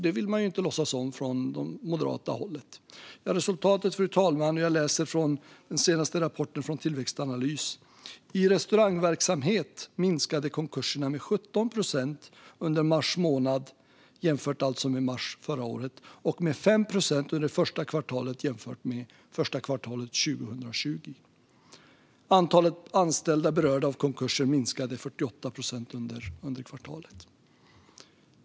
Det vill man inte låtsas om från det moderata hållet. Jag ska läsa ur den senaste rapporten från Tillväxtanalys, fru talman: "I restaurangverksamhet minskade konkurserna med 17 procent under mars månad och med 5 procent under det första kvartalet. Antalet anställda berörda av konkurser minskade 48 procent under kvartalet." Det ska jämföras med mars månad förra året och första kvartalet under 2020.